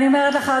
אני אומרת לך,